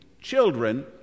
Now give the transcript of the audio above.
children